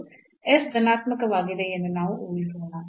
s ಧನಾತ್ಮಕವಾಗಿದೆ ಎಂದು ನಾವು ಊಹಿಸೋಣ